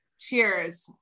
Cheers